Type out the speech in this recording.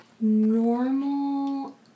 normal